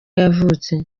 yavutse